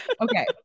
okay